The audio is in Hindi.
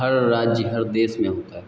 हर राज्य हर देश में होता है